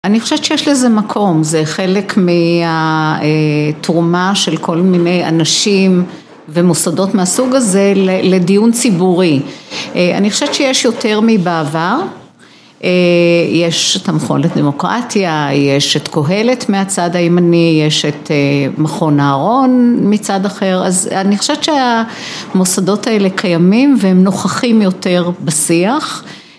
אני חושבת שיש לזה מקום. זה חלק מהתרומה של כל מיני אנשים ומוסדות מהסוג הזה לדיון ציבורי. אני חושבת שיש יותר מבעבר, יש את המכון לדמוקרטיה, יש את כהלת מהצד הימני, יש את מכון הארון מצד אחר. אז אני חושבת שהמוסדות האלה קיימים והן נוכחים יותר בשיח.